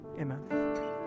Amen